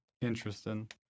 interesting